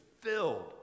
filled